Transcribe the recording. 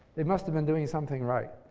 they must have been doing something right,